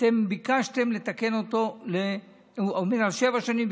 ואתם ביקשתם לתקן שהוא יעמוד על שבע שנים,